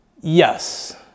Yes